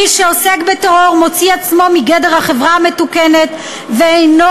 מי שעוסק בטרור מוציא עצמו מגדר החברה המתוקנת ואינו